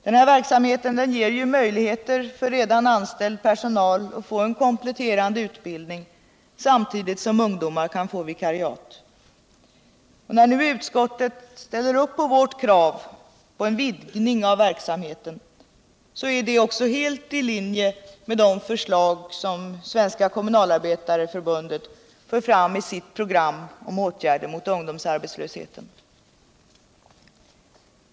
Den här verksamheten ger möjligheter för redan anställd personal att få en kompletterande utbildning samtidigt som ungdomar kan få vikariat. När nu utskottet ställer upp på vårt krav på en vidgning av verksamheten så är det också helt i linje med de förslag som Svenska kommunalarbetareförbundet för fram i sitt program om åtgärder mot ungdomsarbetslösheten.